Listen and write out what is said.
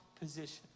position